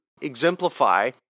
exemplify